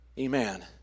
amen